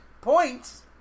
points